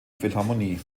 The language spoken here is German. philharmonie